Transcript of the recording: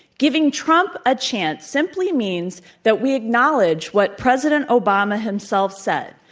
giving trump a chance simply means that we acknowledge what president obama himself said,